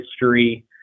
history